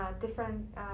different